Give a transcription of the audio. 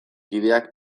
kideak